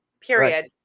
period